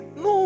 no